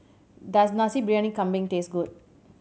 does Nasi Briyani Kambing taste good